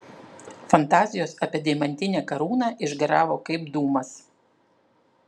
fantazijos apie deimantinę karūną išgaravo kaip dūmas